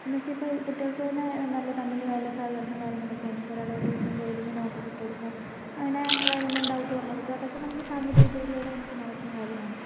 ഇപ്പോൾ എന്നുവെച്ച് ഇപ്പോൾ കുട്ടികൾക്ക് തന്നെ നല്ല തമ്മിൽ നല്ല സഹകരണവും കാര്യങ്ങളും ഒക്കെയാണ് ഇപ്പോൾ ഒരാൾ ഒരു ദിവസം പോയില്ലെങ്കിലും നോട്ട് ഒക്കെ ഇട്ടു കൊടുക്കുക അങ്ങനെ അതായത് എന്തെങ്കിലും ഡൗട്ട് പറഞ്ഞു കൊടുക്കുക അതൊക്കെ നമുക്ക് സാങ്കേതിക വിദ്യയിലൂടെ നമുക്ക് നടക്കുന്ന കാര്യമാണ്